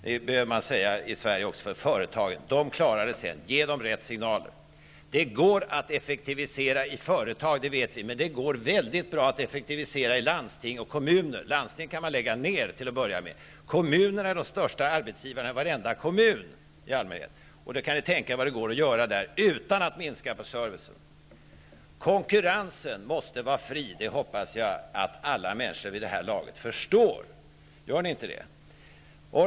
Det behöver man säga i Sverige också för företagen. Ge dem rätt signaler, sedan klarar de sig. Det går att effektivisera i företag, det vet vi, men det går också väldigt bra att effektivisera i landsting och kommuner. Landsting kan man t.o,m. lägga ner, till att börja med. Kommunerna är i allmänhet den största arbetsgivaren i varenda kommun. Ni kan ju tänka er vad det går att göra där utan att minska på servicen. Konkurrensen måste vara fri. Det hoppas jag att alla människor vid det här laget förstår. Gör ni inte det?